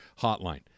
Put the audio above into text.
hotline